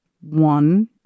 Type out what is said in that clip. one